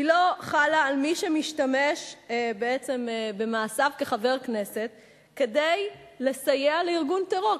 היא לא חלה על מי שמשתמש במעשיו כחבר כנסת כדי לסייע לארגון טרור,